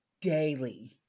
daily